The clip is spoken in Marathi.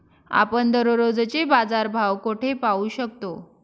आपण दररोजचे बाजारभाव कोठे पाहू शकतो?